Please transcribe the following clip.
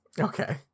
okay